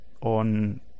on